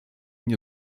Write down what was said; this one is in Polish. nie